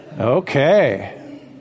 Okay